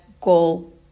goal